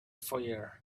foyer